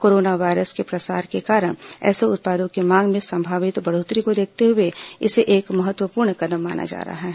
corona virus के प्रसार के कारण ऐसे उत्पादों की मांग में संभावित बढ़ोतरी को देखते हुए इसे एक महत्वपूर्ण कदम माना जा रहा है